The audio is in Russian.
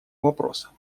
вопроса